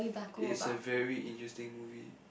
is a very interesting movie